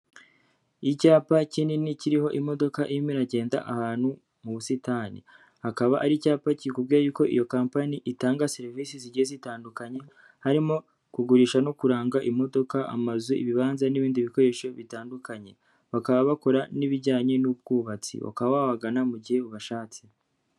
Icyapa kinini kiriho imodoka irimo iragenda ahantu mu busitani, hakaba ari icyapa kikubwira yuko iyo kampani itanga serivisi zigiye zitandukanye, harimo kugurisha no kuranga imodoka, amazu, ibibanza n'ibindi bikoresho bitandukanye. Bakaba bakora n'ibijyanye n'ubwubatsi ukaba wabagana mu gihe ubashatse.